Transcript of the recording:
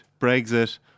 Brexit